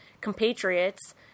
compatriots